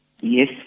Yes